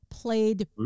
played